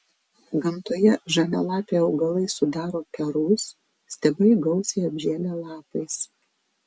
gamtoje žalialapiai augalai sudaro kerus stiebai gausiai apžėlę lapais